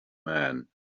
man